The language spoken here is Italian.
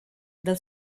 dal